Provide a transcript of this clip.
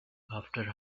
after